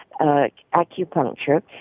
acupuncture